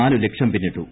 നാല് ലക്ഷം പിന്നിട്ടു